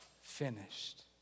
finished